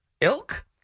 Ilk